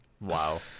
Wow